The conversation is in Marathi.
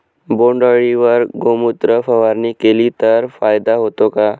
बोंडअळीवर गोमूत्र फवारणी केली तर फायदा होतो का?